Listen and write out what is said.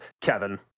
Kevin